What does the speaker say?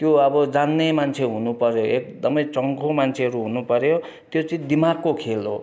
त्यो अब जान्ने मान्छे हुनु पर्यो एकदमै चङ्खो मान्छेहरू हुनु पर्यो त्यो चाहिँ दिमागको खेल हो